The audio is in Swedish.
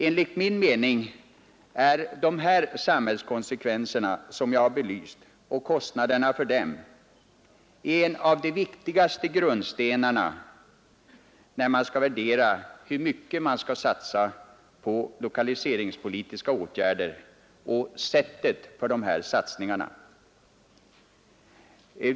Enligt min mening är de samhällskonsekvenser jag belyst och kostnaderna för dem en av de viktigaste grundstenarna när man skall värdera hur mycket man skall satsa på lokaliseringspolitiska åtgärder och sättet för satsningarna.